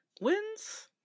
wins